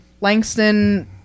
Langston